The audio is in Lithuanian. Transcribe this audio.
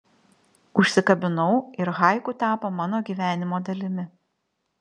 užsikabinau ir haiku tapo mano gyvenimo dalimi